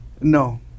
no